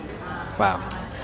Wow